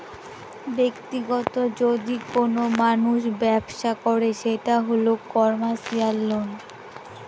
ব্যাক্তিগত যদি কোনো মানুষ ব্যবসা করে সেটা হল কমার্সিয়াল লোন